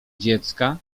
dziecka